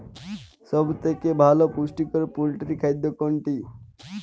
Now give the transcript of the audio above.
সব থেকে ভালো পুষ্টিকর পোল্ট্রী খাদ্য কোনটি?